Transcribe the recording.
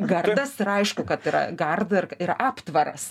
gardas ir aišku kad yra garda ir ir aptvaras